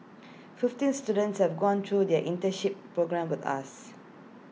fifteen students have gone through their internship programme with us